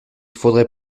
faudrait